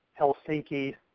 Helsinki